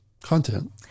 content